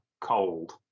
cold